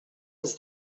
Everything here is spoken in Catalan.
ens